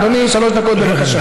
אדוני, שלוש דקות, בבקשה.